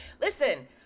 listen